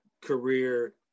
career